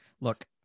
look